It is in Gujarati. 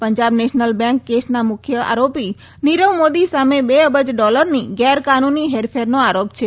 પંજાબ નેશનલ બેન્ક કેસના મુખ્ય આરોપી નીરવ મોદી સામે બે અબજ ડોલરની ગેરકાનૂની હેરફેરનો આરોપ છે